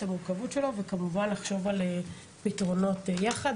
את המורכבות שלו וכמובן לחשוב על פתרונות יחד.